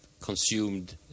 consumed